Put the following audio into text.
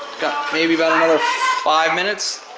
got maybe but another five minutes.